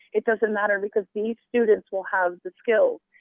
it doesn't matter because these students will have the skills.